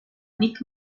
nick